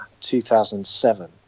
2007